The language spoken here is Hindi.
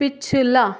पिछला